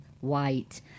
white